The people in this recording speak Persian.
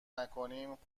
نکنیم